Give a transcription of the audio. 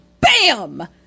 bam